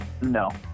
no